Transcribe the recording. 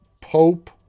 Pope